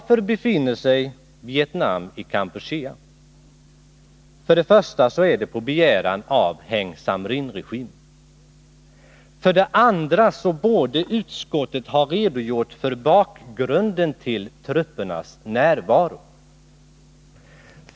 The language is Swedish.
För det första är det på begäran av Heng Samrin-regimen. För det andra är det på grund av vad som hände under 1978 och senare, vilket utskottet borde ha redogjort för.